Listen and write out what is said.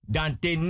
Dante